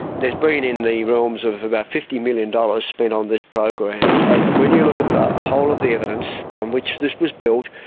there's been in the realms of about fifty million dollars spent on this program, and when you look at the whole of the evidence on which this was built,